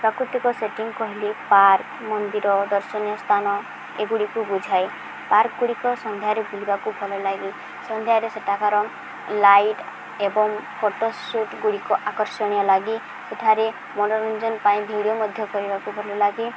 ପ୍ରାକୃତିକ ସେଟିଂ କହିଲେ ପାର୍କ ମନ୍ଦିର ଦର୍ଶନୀୟ ସ୍ଥାନ ଏଗୁଡ଼ିକୁ ବୁଝାଏ ପାର୍କ ଗୁଡ଼ିକ ସନ୍ଧ୍ୟାରେ ବୁଲିବାକୁ ଭଲଲାଗେ ସନ୍ଧ୍ୟାରେ ସେଠାକାର ଲାଇଟ୍ ଏବଂ ଫଟୋ ସୁଟ୍ ଗୁଡ଼ିକ ଆକର୍ଷଣୀୟ ଲାଗେ ସେଠାରେ ମନୋରଞ୍ଜନ ପାଇଁ ଭିଡ଼ିଓ ମଧ୍ୟ କରିବାକୁ ଭଲଲାଗେ